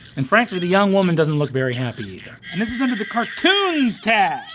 and frankly, the young woman doesn't look very happy, either. and this is under the cartoons tag.